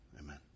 amen